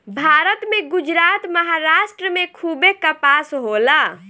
भारत में गुजरात, महाराष्ट्र में खूबे कपास होला